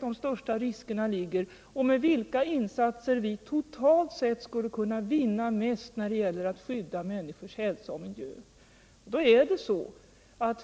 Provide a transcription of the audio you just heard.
de största riskerna totalt sett ligger och med vilka insatser vi totalt sett skulle kunna vinna mest när det gäller att skydda människors hälsa och miljö?